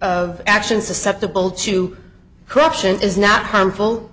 of action susceptible to corruption is not harmful